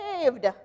saved